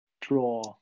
draw